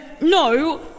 no